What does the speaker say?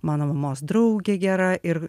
mano mamos draugė gera ir